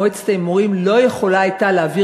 מועצת ההימורים לא הייתה יכולה להעביר